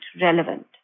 relevant